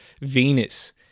Venus